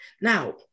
Now